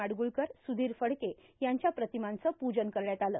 माडगुळकर सुधीर फडके यांच्या प्रातमांचं पूजन करण्यात आलं